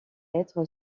être